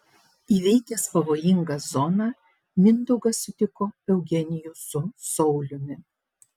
įveikęs pavojingą zoną mindaugas sutiko eugenijų su sauliumi